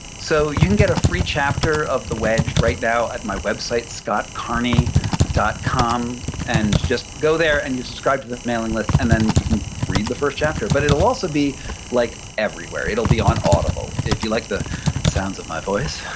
so you can get a free chapter of the wedge right now at my website, scottcarney dot com. and just go there and you subscribe to the mailing list, and then you can read the first chapter, but it'll also be like everywhere. it'll be on audible. if you like the sounds of my voice,